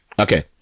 Okay